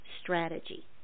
strategy